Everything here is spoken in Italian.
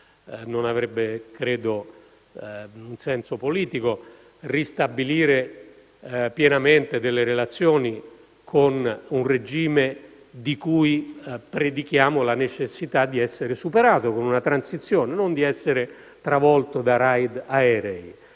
non avrebbe senso politico - ristabilire pienamente delle relazioni con un regime di cui predichiamo la necessità di essere superato con una transizione, non di essere travolto da *raid* aerei.